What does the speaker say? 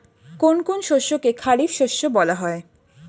কোন কোন শস্যকে খারিফ শস্য বলা হয়?